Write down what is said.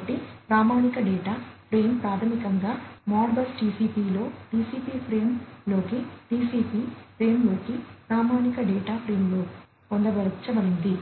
కాబట్టి ప్రామాణిక data frame ప్రాథమికంగా మోడ్బస్ టిసిపిలో టిసిపి ఫ్రేమ్లోకి టిసిపి ఫ్రేమ్లోకి ప్రామాణిక డేటా ఫ్రేమ్లో పొందుపరచబడింది